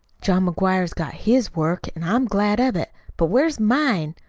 john mcguire's got his work, an' i'm glad of it. but where's mine?